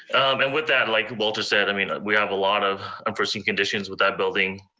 and with that, like walter said, i mean we have a lot of unforeseen conditions with that building.